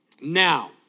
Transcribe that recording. Now